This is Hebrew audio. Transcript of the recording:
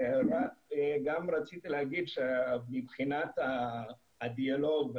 גם רציתי להגיד שמבחינת הדיאלוג,